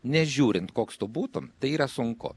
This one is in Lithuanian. nežiūrint koks tu būtum tai yra sunku